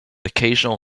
occasional